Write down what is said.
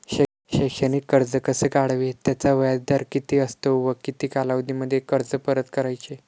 शैक्षणिक कर्ज कसे काढावे? त्याचा व्याजदर किती असतो व किती कालावधीमध्ये कर्ज परत करायचे?